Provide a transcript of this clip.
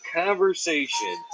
conversation